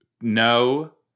No